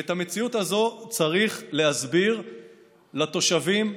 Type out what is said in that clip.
ואת המציאות הזו צריך להסביר לתושבים,